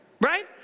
right